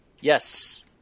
Yes